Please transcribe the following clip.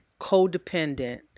codependent